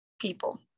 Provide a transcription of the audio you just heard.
people